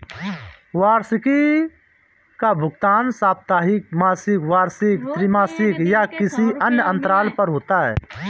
वार्षिकी का भुगतान साप्ताहिक, मासिक, वार्षिक, त्रिमासिक या किसी अन्य अंतराल पर होता है